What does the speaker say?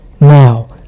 now